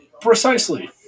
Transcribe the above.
Precisely